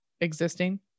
existing